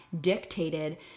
dictated